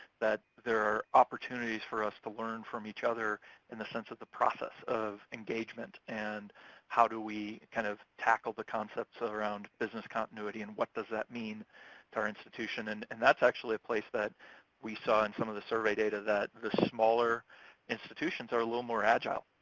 that there are opportunities for us to learn from each other in the sense of the process of engagement, and how do we kind of tackle the concepts around business continuity, and what does that mean to our institution? and and that's actually a place that we saw in some of the survey data, that the smaller institutions are a little more agile,